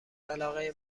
علاقه